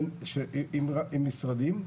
עם משרדים.